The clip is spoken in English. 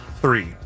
Three